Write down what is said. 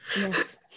Yes